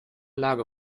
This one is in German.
lage